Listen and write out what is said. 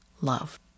love